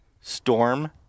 Storm